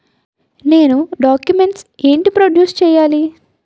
నేను డాక్యుమెంట్స్ ఏంటి ప్రొడ్యూస్ చెయ్యాలి?